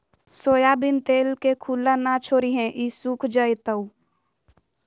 soybean तेल के खुल्ला न छोरीहें ई सुख जयताऊ